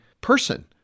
person